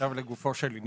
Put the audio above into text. חבר הכנסת מרגי.